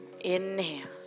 Inhale